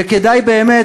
וכדאי באמת,